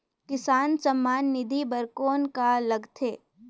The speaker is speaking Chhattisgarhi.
किसान सम्मान निधि बर कौन का लगथे?